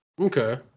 Okay